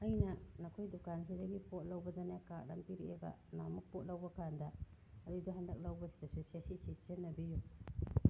ꯑꯩꯅ ꯅꯈꯣꯏ ꯗꯨꯀꯥꯟꯁꯤꯗꯒꯤ ꯄꯣꯠ ꯂꯧꯕꯗꯅꯦ ꯀꯥꯔꯠ ꯑꯃ ꯄꯤꯔꯛꯑꯦꯕ ꯅꯍꯥꯟꯃꯨꯛ ꯄꯣꯠ ꯂꯧꯕ ꯀꯥꯟꯗ ꯑꯗꯨꯒꯤꯗꯣ ꯍꯟꯗꯛ ꯂꯧꯕꯁꯤꯗꯁꯨ ꯁꯦ ꯁꯤꯁꯦ ꯁꯤꯖꯤꯟꯅꯕꯤꯌꯨ